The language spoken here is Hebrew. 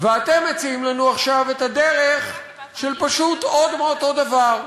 ואתם מציעים לנו עכשיו את הדרך של פשוט עוד מאותו דבר.